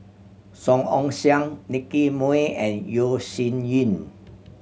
Song Ong Siang Nicky Moey and Yeo Shih Yun